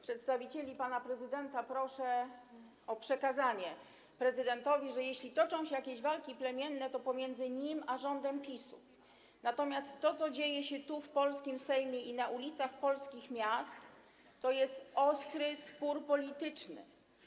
Przedstawicieli pana prezydenta proszę o przekazanie prezydentowi, że jeśli toczą się jakieś walki plemienne, to pomiędzy nim a rządem PiS-u, natomiast to, co dzieje się tu, w polskim Sejmie i na ulicach polskich miast, to jest ostry spór polityczny.